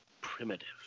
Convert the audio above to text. primitive